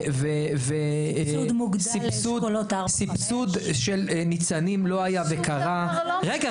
וסבסוד של ׳ניצנים׳ קרה,